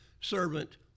servant